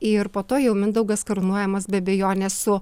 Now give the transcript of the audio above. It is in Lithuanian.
ir po to jau mindaugas karūnuojamas be abejonės su